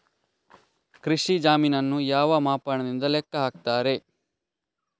ಕೃಷಿ ಜಮೀನನ್ನು ಯಾವ ಮಾಪನದಿಂದ ಲೆಕ್ಕ ಹಾಕ್ತರೆ?